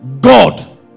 god